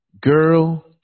girl